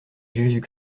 jésus